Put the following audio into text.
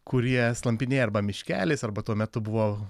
kurie slampinėja arba miškeliais arba tuo metu buvo